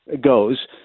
goes